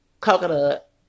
coconut